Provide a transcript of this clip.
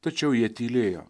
tačiau jie tylėjo